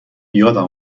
یادم